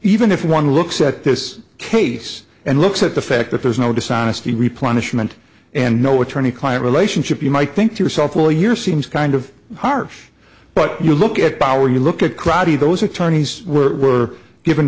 even if one looks at this case and looks at the fact that there is no dishonesty replenish ment and no attorney client relationship you might think to yourself well your seems kind of harsh but you look at power you look at karate those attorneys were